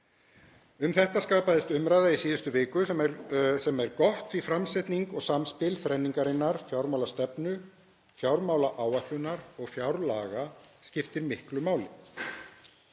Um þetta skapaðist umræða í síðustu viku, sem er gott því að framsetning og samspil þrenningarinnar fjármálastefnu, fjármálaáætlunar og fjárlaga skiptir miklu máli.